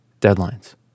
deadlines